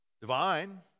Divine